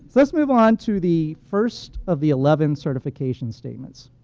let's move on to the first of the eleven certification statements.